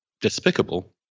despicable